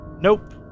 Nope